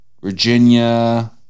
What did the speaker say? Virginia